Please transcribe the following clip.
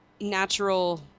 natural